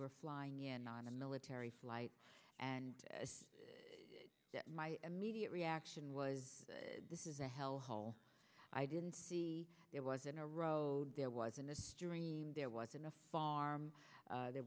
were flying in on a military flight and that my immediate reaction was this is a hell hole i didn't see it wasn't a road there was in a stream there wasn't a farm there